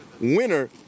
winner